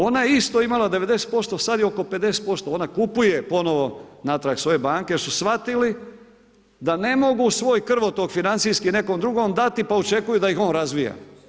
Ona je isto imala 90% sada je oko 50%, ona kupuje ponovo natrag svoje banke jer su shvatili da ne mogu svoj krvotok financijski nekom drugom dati pa očekivati da ih on razvija.